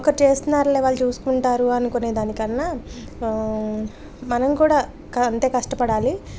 ఒకరు చేస్తున్నార్లే వాళ్ళు చూసుకుంటారు అనుకునే దానికన్నా మనం కూడా అంతే కష్టపడాలి